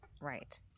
Right